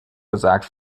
gesagt